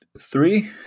three